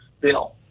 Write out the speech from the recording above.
bill